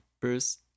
Bruce